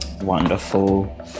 Wonderful